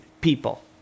people